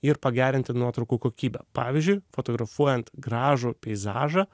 ir pagerinti nuotraukų kokybę pavyzdžiui fotografuojant gražų peizažą